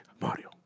Mario